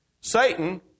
Satan